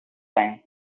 time